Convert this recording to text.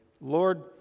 Lord